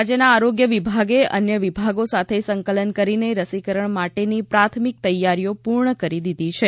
રાજ્યના આરોગ્ય વિભાગે અન્ય વિભાગો સાથે સંકલન કરીને રસીકરણ માટેની પ્રાથમિક તૈયારીઓ પૂર્ણ કરી દીધી છે